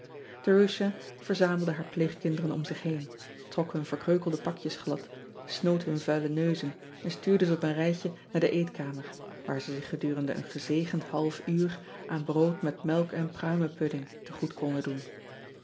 erusha verzamelde haar pleegkinderen om zich heen trok hun verkreukelde pakjes glad snoot hun vuile neuzen en stuurde ze op een rijtje naar de eetkamer waar ze zich gedurende een gezegend half uur aan brood met melk en pruimepudding te goed konden doen